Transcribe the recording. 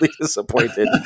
disappointed